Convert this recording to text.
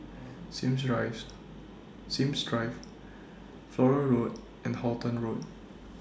Sims Drive Flora Road and Halton Road